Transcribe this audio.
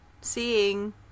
seeing